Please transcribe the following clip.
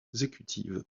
exécutive